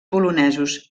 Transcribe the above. polonesos